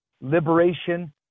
liberation